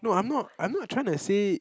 no I'm not I'm not trying to say